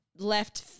left